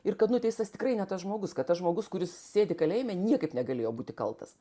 ir kad nuteistas tikrai ne tas žmogus kad tas žmogus kuris sėdi kalėjime niekaip negalėjo būti kaltas